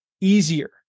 easier